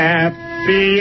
Happy